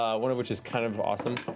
one of which is kind of awesome.